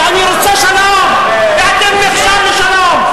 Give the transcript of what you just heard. כי אני רוצה שלום ואתם מכשול לשלום.